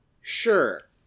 Sure